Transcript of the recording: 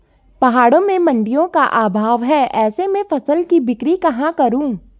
पहाड़ों में मडिंयों का अभाव है ऐसे में फसल की बिक्री कहाँ करूँ?